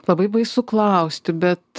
labai baisu klausti bet